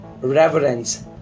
reverence